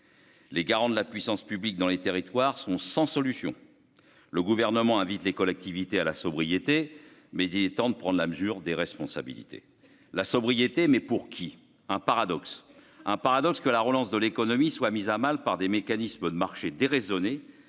les garants de la puissance publique dans les territoires sont sans solution le gouvernement invite les collectivités à la sobriété mais il est temps de prendre la mesure des responsabilités, la sobriété mais pour qui un paradoxe, un paradoxe que la relance de l'économie soit mise à mal par des mécanismes de marché déraisonner,